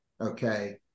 okay